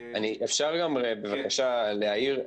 אם אפשר בבקשה להעיר.